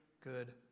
good